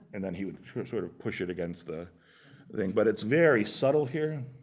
and then he would sort of push it against the thing. but it's very subtle here.